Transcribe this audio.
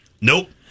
Nope